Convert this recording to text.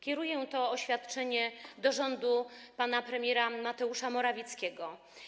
Kieruję to oświadczenie do rządu pana premiera Mateusza Morawieckiego.